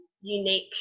unique